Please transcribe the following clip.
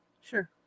Sure